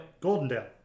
Goldendale